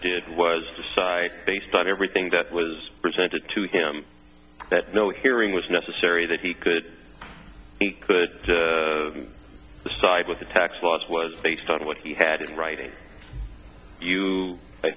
did was decide based on everything that was presented to him that no hearing was necessary that he could he could decide what the tax loss was based on what he had in writing you i